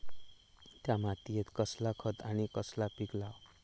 त्या मात्येत कसला खत आणि कसला पीक लाव?